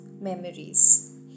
memories